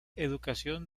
educación